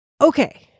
Okay